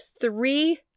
three